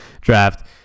draft